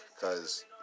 cause